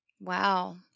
Wow